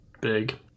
big